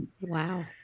Wow